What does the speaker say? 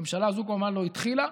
הממשלה הזו כמובן לא התחילה.